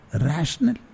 Rational